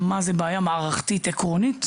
מה זה בעיה מערכתית עקרונית,